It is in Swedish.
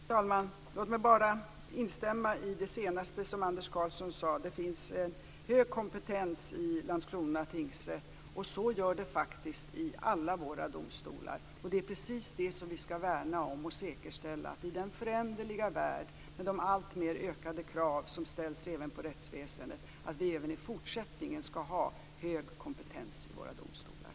Fru talman! Låt mig bara instämma i det senaste som Anders Karlsson sade. Det finns hög kompetens i Landskrona tingsrätt, och så gör det faktiskt i alla våra domstolar. Det är precis det vi skall värna om och säkerställa. I den föränderliga värld med de alltmer ökade krav som ställs på rättsväsendet skall vi även i fortsättningen ha hög kompetens i våra domstolar.